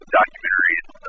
documentaries